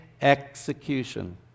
execution